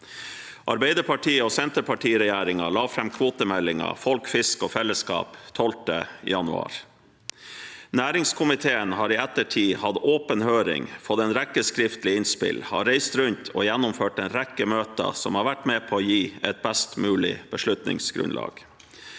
Arbeiderparti–Senterparti-regjeringen la fram kvotemeldingen Folk, fisk og fellesskap den 12. januar. Næringskomiteen har i ettertid hatt åpen høring, fått en rekke skriftlige innspill, reist rundt og gjennomført en rekke møter som har vært med på å gi et best mulig beslutningsgrunnlag.